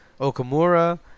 Okamura